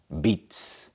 beats